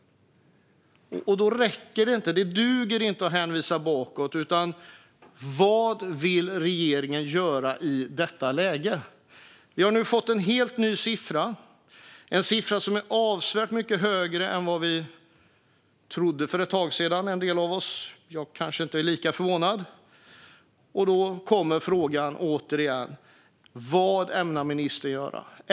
Då duger det inte att hänvisa bakåt, utan det handlar om vad regeringen vill göra i detta läge. Vi har fått en helt ny siffra, och den är avsevärt mycket högre än vad en del av oss trodde för ett tag sedan. Jag är kanske inte lika förvånad. Frågan blir åter: Vad ämnar ministern göra?